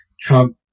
Trump